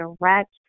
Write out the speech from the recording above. direct